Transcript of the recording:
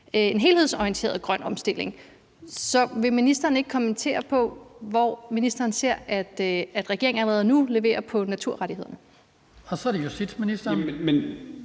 en helhedsorienteret grøn omstilling. Så vil ministeren ikke kommentere på, hvor ministeren ser regeringen allerede nu leverer i forhold til naturrettighederne? Kl. 15:09 Den fg. formand (Hans